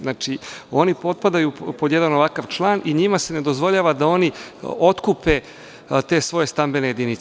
Znači, oni potpadaju pod jedan ovakav član i njima se ne dozvoljava da oni otkupe te svoje stambene jedinice.